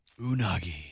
Unagi